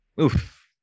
Oof